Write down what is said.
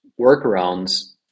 workarounds